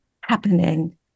happening